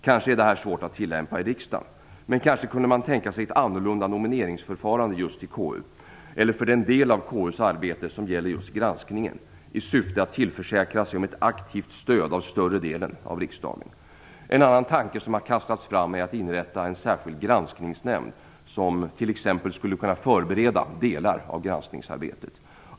Kanske är det här svårt att tillämpa i riksdagen, men kanske kunde man tänka sig ett annorlunda nomineringsförfarande just vad gäller KU eller för den del av KU:s arbete som gäller just granskningen, i syfte att tillförsäkra sig ett aktivt stöd av större delen av riksdagen. En annan tanke som har kastats fram är att en särskild granskningsnämnd inrättas och att denna t.ex. skulle kunna förbereda delar av granskningsarbetet.